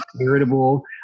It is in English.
irritable